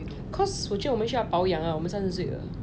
cause 我觉得我们需要保养啊我们三十岁了